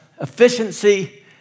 efficiency